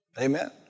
Amen